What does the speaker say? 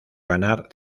ganar